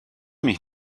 mich